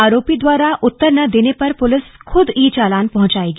आरोपी द्वारा उत्तर न देने पर पुलिस खुद ई चालान पहुंचाएगी